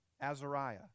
Azariah